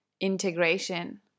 integration